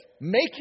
make